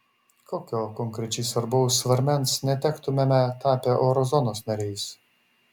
kokio konkrečiai svarbaus svarmens netektumėme tapę eurozonos nariais